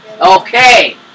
Okay